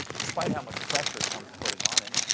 despite how much pressure trump's putting on him,